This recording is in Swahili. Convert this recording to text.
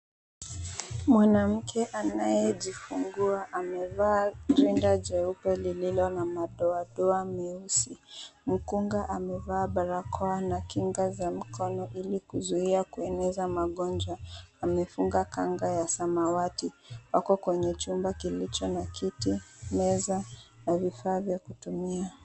Mwanamke anayejifungua amevaa rinda jeupe lililo na madoadoa meusi. Mkunga amevaa barakoa na kinga za mkono ili kuzuia kueneza magonjwa. Amefunga kanga ya samawati. Wako kwenye chumba kilicho na kiti, meza na vifaa vya kutumia.